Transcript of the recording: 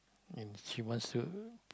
and she wants to